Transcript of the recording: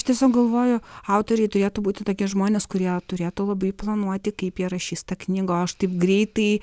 tiesiog galvoju autoriai turėtų būti tokie žmonės kurie turėtų labai planuoti kaip jie rašys tą knygą o aš taip greitai